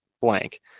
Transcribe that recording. Blank